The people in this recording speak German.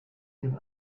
dem